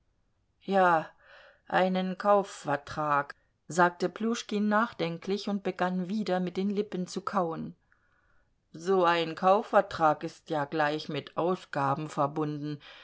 ja einen kaufvertrag sagte pljuschkin nachdenklich und begann wieder mit den lippen zu kauen so ein kaufvertrag ist ja gleich mit ausgaben verbunden